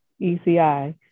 ECI